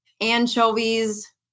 anchovies